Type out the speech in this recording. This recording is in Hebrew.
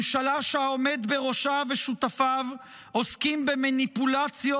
ממשלה שהעומד בראשה ושותפיו עוסקים במניפולציות